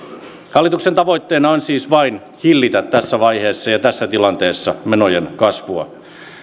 hallituksen tavoitteena on siis vain hillitä tässä vaiheessa ja tässä tilanteessa menojen kasvua